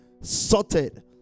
sorted